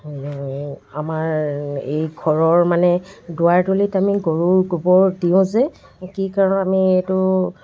আমাৰ এই ঘৰৰ মানে দুৱাৰদলিত আমি গৰুৰ গোবৰ দিওঁ যে কি কাৰণত আমি এইটো